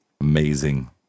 Amazing